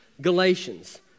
Galatians